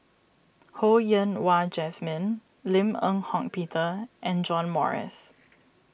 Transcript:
Ho Yen Wah Jesmine Lim Eng Hock Peter and John Morrice